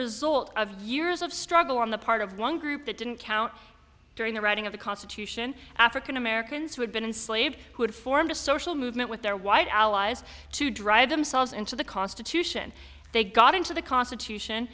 result of years of struggle on the part of long group that didn't count during the writing of the constitution african americans who had been enslaved who had formed a social movement with their white allies to drive themselves into the constitution they got into the constitution